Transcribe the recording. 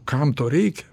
kam to reikia